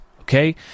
okay